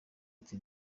ati